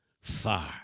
far